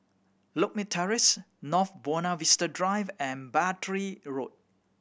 Lakme Terrace North Buona Vista Drive and Battery Road